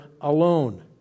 alone